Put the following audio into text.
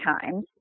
times